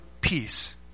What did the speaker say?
peace